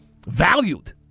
valued